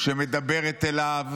שמדברת אליו,